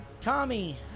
Tommy